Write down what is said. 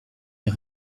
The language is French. est